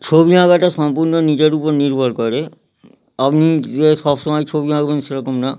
ছবি আঁকাটা সম্পূর্ণ নিজের উপর নির্ভর করে আপনি যে সবসময় ছবি আঁকবেন সেরকম না